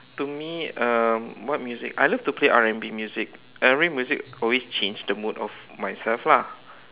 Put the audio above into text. to me um what music I love to play R&B music R&B music always change the mood of myself lah